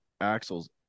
axles